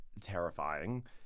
terrifying